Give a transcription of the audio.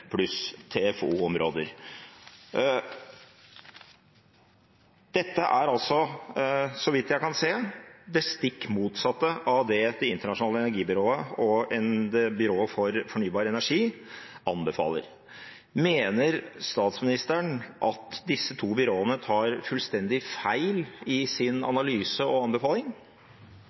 Dette er – så vidt jeg kan se – det stikk motsatte av det Det internasjonale energibyrået og Det internasjonale byrået for fornybar energi anbefaler. Mener statsministeren at disse to byråene tar fullstendig feil i sin analyse og sin anbefaling?